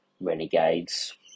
Renegades